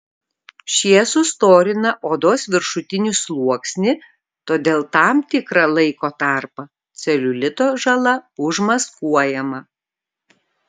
šie sustorina odos viršutinį sluoksnį todėl tam tikrą laiko tarpą celiulito žala užmaskuojama